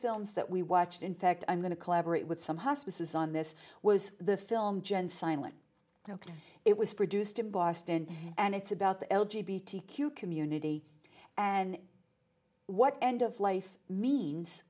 films that we watched in fact i'm going to collaborate with some hospices on this was the film gen silent it was produced in boston and it's about the l g b t q community and what end of life means